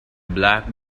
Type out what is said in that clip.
black